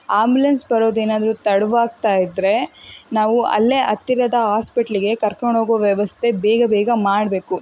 ambulance ಬರೋದು ಏನಾದರೂ ತಡವಾಗ್ತಾಯಿದ್ರೆ ನಾವು ಅಲ್ಲೇ ಹತ್ತಿರದ ಹಾಸ್ಪಿಟ್ಲ್ಗೆ ಕರ್ಕೊಂಡು ಹೋಗೋ ವ್ಯವಸ್ಥೆ ಬೇಗ ಬೇಗ ಮಾಡಬೇಕು